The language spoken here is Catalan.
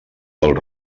del